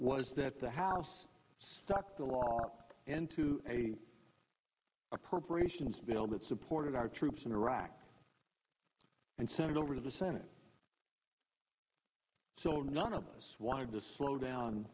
was that the house stuck the law into a appropriations bill that supported our troops in iraq and sent it over to the senate so none of us wanted to slow down